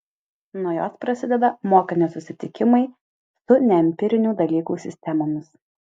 nuo jos prasideda mokinio susitikimai su neempirinių dalykų sistemomis